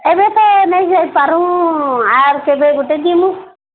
ଏବେ ତ ନେଇ ଯାଇ ପାରୁଁ ଆର୍ କେବେ ଗୋଟେ ଯିମୁ